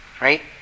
right